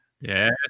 Yes